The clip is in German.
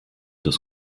das